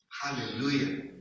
hallelujah